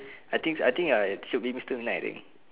I think I think ya should be mister midnight I think